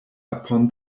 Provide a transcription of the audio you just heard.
upon